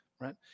Right